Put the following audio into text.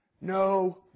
No